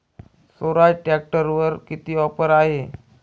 स्वराज ट्रॅक्टरवर किती ऑफर आहे?